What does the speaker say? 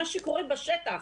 מה שקורה בשטח,